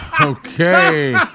Okay